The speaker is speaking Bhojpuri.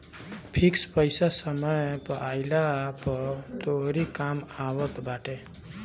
फिक्स पईसा समय आईला पअ तोहरी कामे आवत बाटे